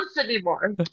anymore